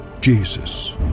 Jesus